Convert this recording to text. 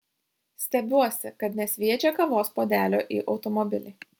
stebiuosi kad nesviedžia kavos puodelio į automobilį